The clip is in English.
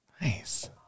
Nice